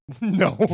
No